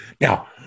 Now